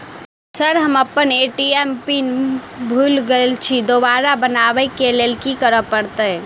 Sir हम अप्पन ATM केँ पिन भूल गेल छी दोबारा बनाबै लेल की करऽ परतै?